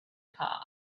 park